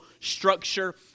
structure